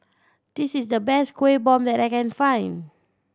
this is the best Kuih Bom that I can find